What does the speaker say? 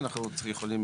אנחנו יכולים